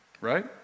Right